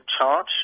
charge